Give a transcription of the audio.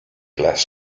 less